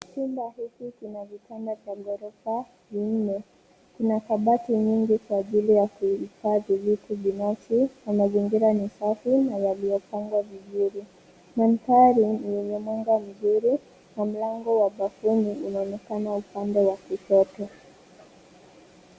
Chumba hiki kina vitanda vya ghorofa vinne, kuna kabati nyingi kwa ajili ya kuhifadhi vitu binafsi na mazingira ni safi na yaliyopangwa vizuri. Mandhari ni yenye mwanga mzuri, na mlango wa bafuni unaonekana upande wa kushoto.